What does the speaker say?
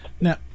Now